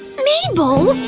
mayble!